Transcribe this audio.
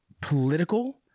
political